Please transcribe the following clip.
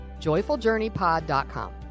JoyfulJourneyPod.com